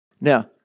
Now